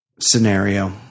scenario